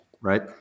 right